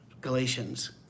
Galatians